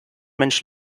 mensch